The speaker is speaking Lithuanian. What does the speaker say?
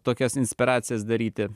tokias inspiracijas daryti